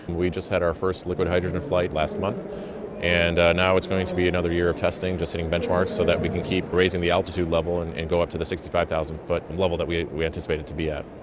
we just had our first liquid hydrogen flight last month and now it's going to be another year of testing, just hitting benchmarks so that we can keep raising the altitude level and and go up to the sixty five thousand foot and level that we we anticipate it to be at.